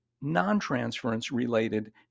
non-transference-related